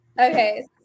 Okay